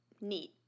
neat